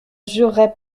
jurerait